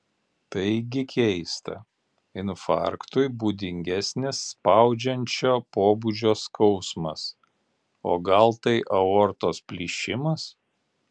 taigi keista infarktui būdingesnis spaudžiančio pobūdžio skausmas o gal tai aortos plyšimas